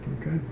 Okay